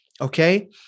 okay